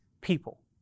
people